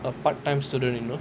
a part time student you know